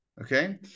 okay